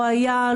לא היה,